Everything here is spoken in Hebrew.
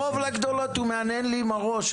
הרוב לגדולות הוא מהנהן עם הראש,